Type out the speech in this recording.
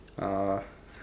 uh